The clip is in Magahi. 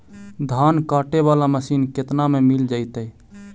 धान काटे वाला मशीन केतना में मिल जैतै?